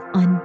on